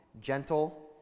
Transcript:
gentle